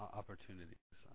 opportunities